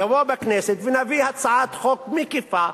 יבואו בכנסת ונביא הצעת חוק מקיפה.